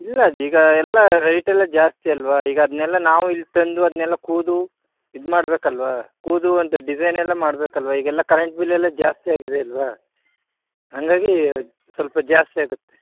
ಇಲ್ಲಾಜಿ ಈಗ ಎಲ್ಲ ರೇಟೆಲ್ಲ ಜಾಸ್ತಿ ಅಲ್ಲವ ಈಗ ಅದನ್ನೆಲ್ಲ ನಾವು ಇಲ್ಲಿ ತಂದು ಅದನ್ನೆಲ್ಲ ಕುಯ್ದೂ ಇದು ಮಾಡಬೇಕಲ್ವ ಕುಯ್ದೂ ಅಂತೆ ಡಿಸೈನೆಲ್ಲ ಮಾಡಬೇಕಲ್ವ ಈಗೆಲ್ಲ ಕರೆಂಟ್ ಬಿಲ್ಲೆಲ್ಲ ಜಾಸ್ತಿ ಆಗಿದೆ ಅಲ್ಲವ ಹಂಗಾಗಿ ಸ್ವಲ್ಪ ಜಾಸ್ತಿ ಆಗುತ್ತೆ